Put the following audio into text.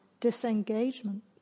disengagement